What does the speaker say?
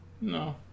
No